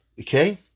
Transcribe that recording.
Okay